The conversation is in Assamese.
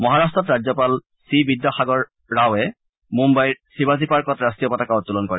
মহাৰাট্টত ৰাজ্যপাল চি বিদ্যাসাগৰ ৰাওৱে মুন্নাইৰ চিবাজী পাৰ্কত ৰাট্টীয় পতাকা উত্তোলন কৰে